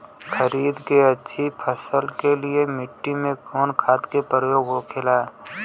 खरीद के अच्छी फसल के लिए मिट्टी में कवन खाद के प्रयोग होखेला?